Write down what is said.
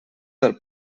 del